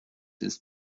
ist